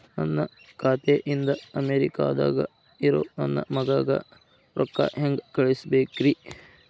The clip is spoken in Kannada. ನನ್ನ ಖಾತೆ ಇಂದ ಅಮೇರಿಕಾದಾಗ್ ಇರೋ ನನ್ನ ಮಗಗ ರೊಕ್ಕ ಹೆಂಗ್ ಕಳಸಬೇಕ್ರಿ?